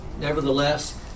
Nevertheless